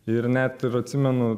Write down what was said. ir net ir atsimenu